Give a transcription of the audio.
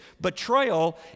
betrayal